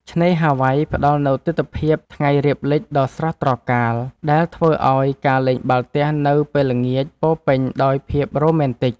ឆ្នេរហាវ៉ៃផ្ដល់នូវទិដ្ឋភាពថ្ងៃរៀបលិចដ៏ស្រស់ត្រកាល ដែលធ្វើឱ្យការលេងបាល់ទះនៅពេលល្ងាចពោរពេញដោយភាពរ៉ូមែនទិក។